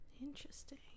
Interesting